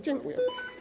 Dziękuję.